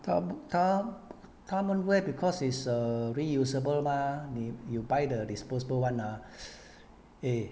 他他他们 wear because is err reusable mah 妳 you buy the disposable [one] ah eh